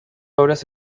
obras